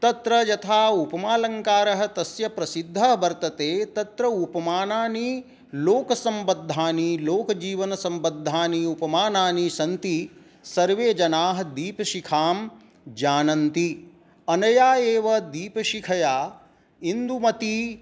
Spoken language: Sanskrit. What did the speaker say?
तत्र यथा उपमालङ्कारः तस्य प्रसिद्धः वर्तते तत्र उपमानानि लोकसम्बद्धानि लोकजीवनसम्बद्धानि उपमानानि सन्ति सर्वे जनाः दीपशिखां जानन्ति अनया एव दीपशिखया इन्दुमती